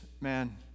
man